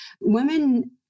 women